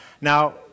Now